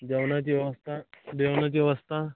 जेवणाची व्यवस्था जेवणाची व्यवस्था